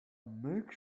make